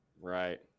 Right